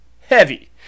heavy